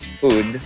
food